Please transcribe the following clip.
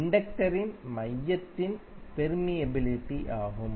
இண்டக்டரின் மையத்தின் பெர்மியபிலிட்டி ஆகும்